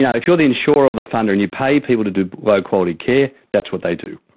yeah if you are the insurer or the funder and you pay people to do low quality care, that's what they do.